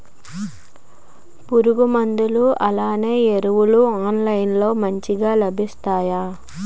పురుగు మందులు అలానే ఎరువులు ఆన్లైన్ లో మంచిగా లభిస్తాయ?